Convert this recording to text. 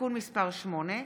(תיקון מס' 8),